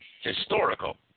historical